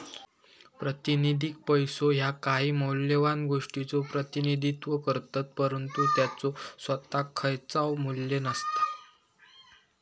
प्रातिनिधिक पैसो ह्या काही मौल्यवान गोष्टीचो प्रतिनिधित्व करतत, परंतु त्याचो सोताक खयचाव मू्ल्य नसता